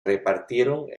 repartieron